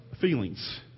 feelings